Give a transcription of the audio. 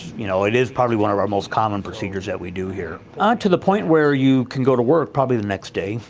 you know, it is probably one of our most common procedures that we do here. up ah to the point where you can go to work probably the next day.